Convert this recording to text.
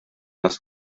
das